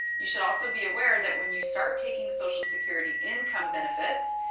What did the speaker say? you should also be aware that when you start taking social security income benefits,